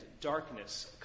darkness